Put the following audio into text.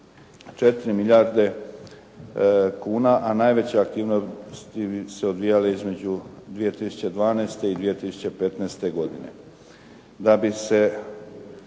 4 milijarde kuna, a najveće aktivnosti bi se odvijale između 2012. i 2015. godine.